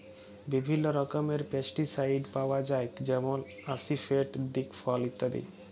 বিভিল্ল্য রকমের পেস্টিসাইড পাউয়া যায় যেমল আসিফেট, দিগফল ইত্যাদি